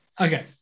Okay